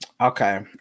Okay